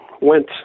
went